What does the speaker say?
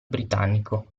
britannico